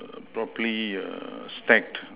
err properly err stacked